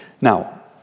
Now